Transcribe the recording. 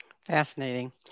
Fascinating